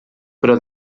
però